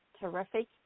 terrific